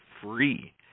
free